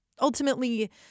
ultimately